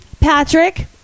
Patrick